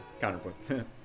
counterpoint